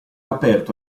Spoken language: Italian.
aperto